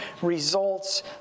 results